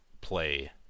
play